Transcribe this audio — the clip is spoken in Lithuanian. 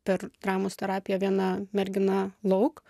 per dramos terapiją viena mergina lauk